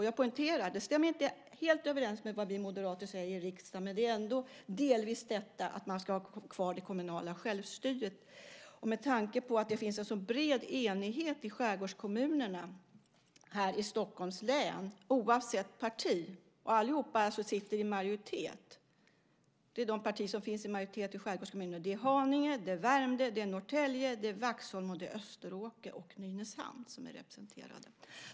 Jag poängterar att det inte helt stämmer överens med vad vi moderater säger i riksdagen. Men det är ändå delvis att man ska ha kvar det kommunala självstyret. Det finns en sådan bred enighet i skärgårdskommunerna i Stockholms län oavsett parti, och allihop sitter vi i majoritet. Det är de partier som finns i majoritet i skärgårdskommunerna. Det är Haninge, Värmdö, Norrtälje, Vaxholm, Österåker och Nynäshamn som är representerade.